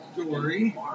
story